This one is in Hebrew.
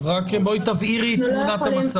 אז רק בואי תבהירי את תמונת המצב.